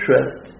trust